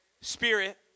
Spirit